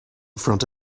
front